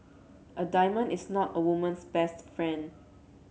a diamond is not a woman's best friend